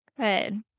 good